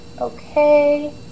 Okay